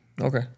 Okay